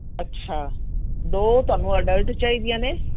ਅੱਛਾ ਦੋ ਤੁਹਾਨੂੰ ਅਡਲਟ ਚਾਹੀਦੀਆਂ ਨੇ